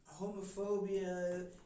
homophobia